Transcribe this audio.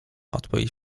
odpowiedź